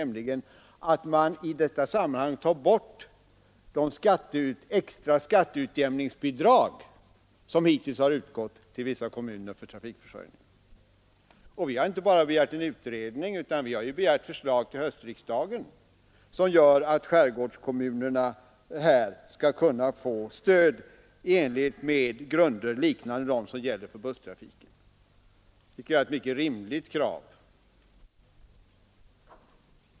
Man tar i detta sammanhang bort det extra skatteutjämningsbidrag som hittills utgått till vissa kommuner för trafikförsörjningen. Vi har inte bara begärt en utredning utan vi har begärt förslag till höstriksdagen som gör att skärgårdskommunerna här skall kunna få stöd i enlighet med grunder liknande dem som gäller för busstrafiken. Jag tycker att detta krav är mycket rimligt.